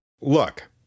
look